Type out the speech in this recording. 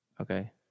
Okay